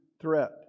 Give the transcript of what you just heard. threat